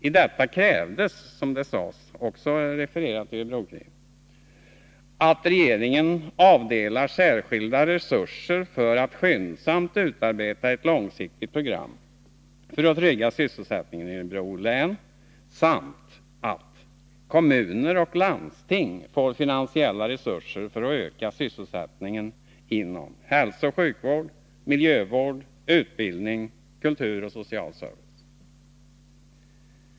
I detta krävdes, också refererat i Örebro-Kuriren, att regeringen avdelar särskilda resurser för att skyndsamt utarbeta ett långsiktigt program för att trygga sysselsättningen i Örebro län, samt att kommuner och landsting får finansiella resurser för att öka sysselsättningen inom hälsooch sjukvård, miljövård, utbildning, kultur och social service.